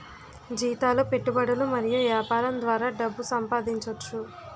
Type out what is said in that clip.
జీతాలు పెట్టుబడులు మరియు యాపారం ద్వారా డబ్బు సంపాదించోచ్చు